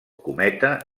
cometa